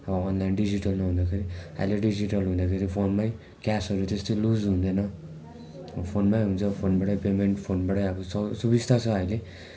online digital नहुँदाखेरि अहिले digital हुँदाखेरि फोनमै क्यासहरू त्यस्तो लुज हुँदैन फोनमै हुन्छ फोनबाटै पेमेन्ट फोनबाटै अब सबै सुबिस्ता छ अहिले